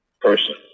person